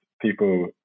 people